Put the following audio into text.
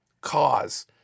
cause